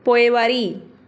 पोइवारी